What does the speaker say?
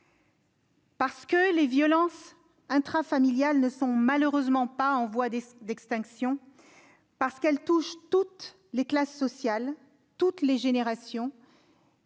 Parce que les violences intrafamiliales ne sont malheureusement pas en voie d'extinction, parce qu'elles touchent toutes les classes sociales et toutes les générations,